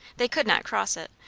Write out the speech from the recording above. they could not cross it.